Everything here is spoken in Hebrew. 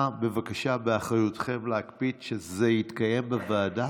בבקשה, באחריותכם להקפיד שזה יתקיים בוועדה